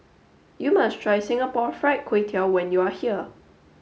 you must try Singapore fried Kway Tiao when you are here